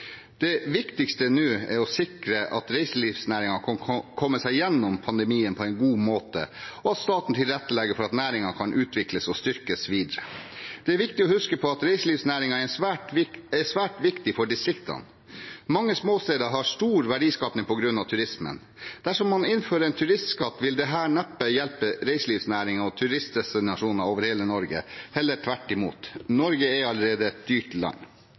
Det viktigste nå er å sikre at reiselivsnæringen kan komme seg gjennom pandemien på en god måte, og at staten tilrettelegger for at næringen kan utvikles og styrkes videre. Det er viktig å huske på at reiselivsnæringen er svært viktig for distriktene. Mange småsteder har stor verdiskaping på grunn av turismen. Dersom man innfører en turistskatt, vil dette neppe hjelpe reiselivsnæringen og turistdestinasjoner over hele Norge – heller tvert imot. Norge er allerede et dyrt land.